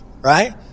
right